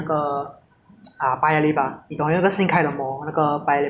不是 quarter 是新开的 I mean like 去年开一年 liao lah but I 算是新 ah